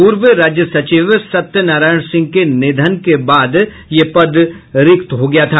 पूर्व राज्य सचिव सत्यनारायण सिंह के निधन के बाद यह पद रिक्त हो गया था